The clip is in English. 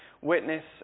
witness